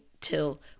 till